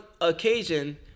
occasion